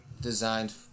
designed